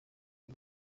iyi